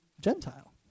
Gentile